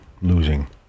Losing